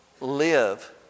live